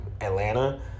Atlanta